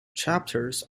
chapters